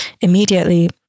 immediately